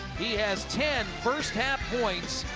he has ten first half points,